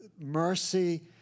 Mercy